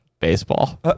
baseball